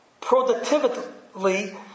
productively